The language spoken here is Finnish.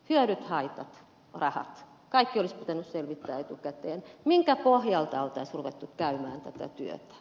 hyödyt haitat rahat kaikki olisi pitänyt selvittää etukäteen minkä pohjalta olisi ruvettu käymään tätä työtä